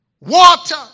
water